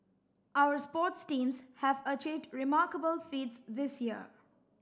our sports teams have achieved remarkable feats this year